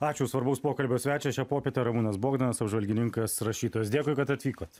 ačiū svarbaus pokalbio svečias šią popietę ramūnas bogdanas apžvalgininkas rašytojas dėkui kad atvykot